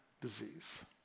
disease